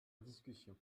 discussion